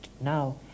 now